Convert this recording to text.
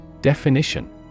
Definition